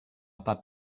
pas